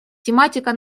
тематика